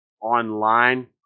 online